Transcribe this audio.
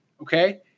Okay